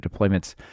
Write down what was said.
deployments